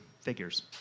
figures